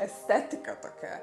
estetika tokia